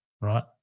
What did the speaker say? right